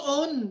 on